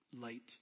light